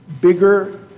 bigger